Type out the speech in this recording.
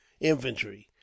infantry